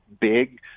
big